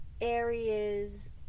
areas